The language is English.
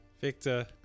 Victor